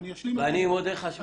אני מודה לך.